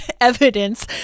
evidence